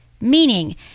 Meaning